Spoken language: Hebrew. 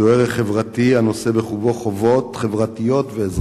זה ערך חברתי הנושא בחובו חובות חברתיות ואזרחיות.